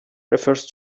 refers